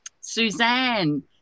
Suzanne